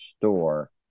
store